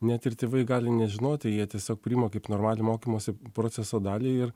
net ir tėvai gali nežinoti jie tiesiog priima kaip normalią mokymosi proceso dalį ir